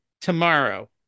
tomorrow